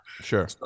Sure